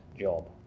job